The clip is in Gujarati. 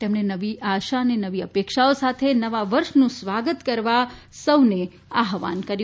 તેમણે નવી આશા અને નવી અપેક્ષાઓ સાથે નવા વર્ષનું સ્વાગત કરવા સૌને આહવાહન કર્યું